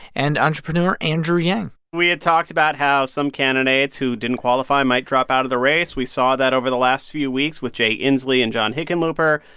and entrepreneur andrew yang we had talked about how some candidates who didn't qualify might drop out of the race. we saw that over the last few weeks with jay inslee and john hickenlooper.